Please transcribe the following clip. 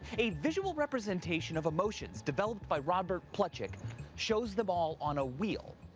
a visual representation of emotions developed by robert plutchik shows them all on a wheel.